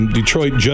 Detroit